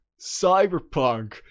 Cyberpunk